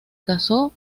casó